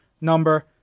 number